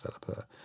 developer